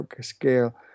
scale